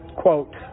Quote